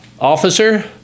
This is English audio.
officer